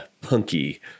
Punky